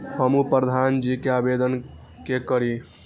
हमू प्रधान जी के आवेदन के करी?